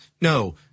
no